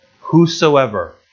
whosoever